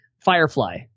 Firefly